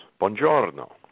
Buongiorno